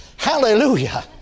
Hallelujah